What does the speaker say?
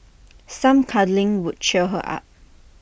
some cuddling would cheer her up